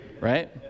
right